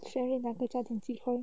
surely 哪个家庭鸡块